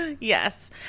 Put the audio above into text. Yes